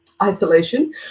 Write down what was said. isolation